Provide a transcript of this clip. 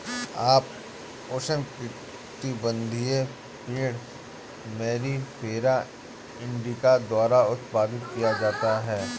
आम उष्णकटिबंधीय पेड़ मैंगिफेरा इंडिका द्वारा उत्पादित किया जाता है